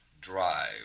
drive